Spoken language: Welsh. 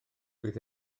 fydd